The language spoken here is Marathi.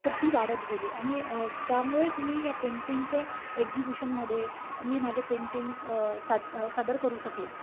तर ती वाढत गेली आणि त्यामुळेच मी या पेंटिंगच्या एक्जिबिशनमध्ये मी माझे पेंटिंग साद सादर करू शकले